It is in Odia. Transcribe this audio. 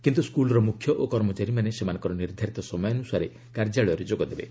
କିନ୍ତୁ ସ୍କୁଲର ମୁଖ୍ୟ ଓ କର୍ମଚାରୀମାନେ ସେମାନଙ୍କର ନିର୍ଦ୍ଧାରିତ ସମୟାନୁସାରେ କାର୍ଯ୍ୟାଳୟରେ ଯୋଗ ଦେବେ